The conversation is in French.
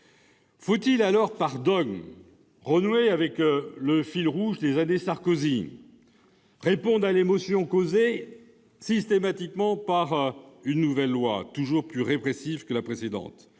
Faut-il alors, par dogme, renouer avec le fil rouge des années Sarkozy ? Répondre systématiquement à l'émotion causée par une nouvelle loi toujours plus répressive que la précédente,